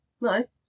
No